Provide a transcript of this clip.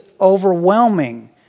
overwhelming